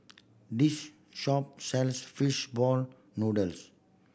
this shop sells fish ball noodles